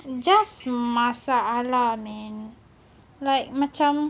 just masalah ni like macam